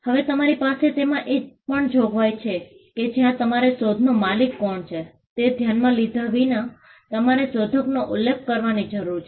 હવે તમારી પાસે તેમાં એ પણ જોગવાઈ છે કે જ્યાં તમારે શોધનો માલિક કોણ છે તે ધ્યાનમાં લીધા વિના તમારે શોધકનો ઉલ્લેખ કરવાની જરૂર છે